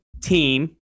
team